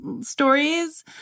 stories